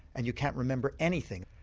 and you can't remember anything.